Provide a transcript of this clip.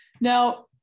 Now